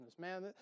man